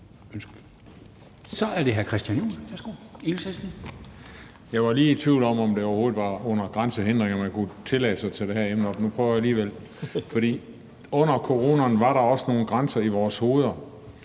Christian Juhl (EL): Jeg var lige i tvivl om, om det overhovedet var under grænsehindringer, man kunne tillade sig at tage det her emne op, men nu prøver jeg alligevel. For under coronaen var der også nogle grænser i vores hoveder.